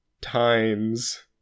times